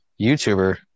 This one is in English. YouTuber